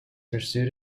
pursued